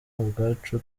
ubwacu